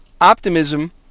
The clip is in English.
Optimism